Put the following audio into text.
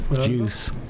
Juice